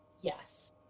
Yes